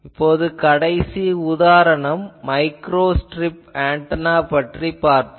இப்போது கடைசி உதாரணம் மைக்ரோஸ்ட்ரிப் ஆன்டெனா பற்றிப் பார்ப்போம்